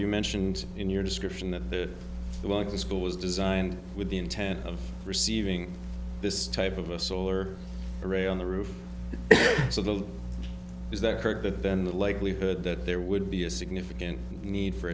you mentioned in your description that the like the school was designed with the intent of receiving this type of a solar array on the roof so the is that correct that then the likelihood that there would be a significant need for